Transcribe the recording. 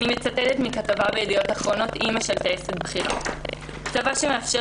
אני מצטטת מכתבה בידיעות אחרונות אימא של טייסת בכירה: "צבא שמאפשר